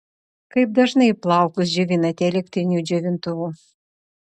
kaip dažnai plaukus džiovinate elektriniu džiovintuvu